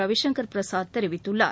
ரவிசங்கள் பிரசாத் தெரிவித்துள்ளார்